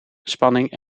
spanning